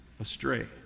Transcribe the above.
astray